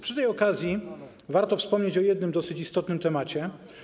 Przy tej okazji warto wspomnieć o jednym dosyć istotnym temacie.